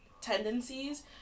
tendencies